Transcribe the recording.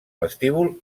vestíbul